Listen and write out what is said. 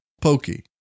Pokey